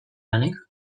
lanek